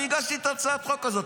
אני הגשתי את הצעת החוק הזאת.